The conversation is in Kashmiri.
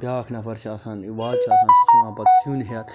بیاکھ نَفَر چھُ آسان وازٕ چھُ آسان سُہ چھُ یِوان پَتہٕ سِیُن ہیٚتھ